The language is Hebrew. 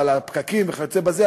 ועל הפקקים וכיוצא בזה,